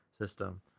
system